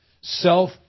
self